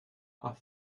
are